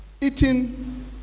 eating